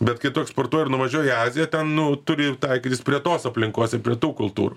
bet kai tu eksportuoji ir nuvažiuoji į aziją ten nu turi taikytis prie tos aplinkos ir prie tų kultūrų